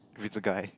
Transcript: if it's a guy